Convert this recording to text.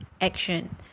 action